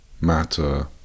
matter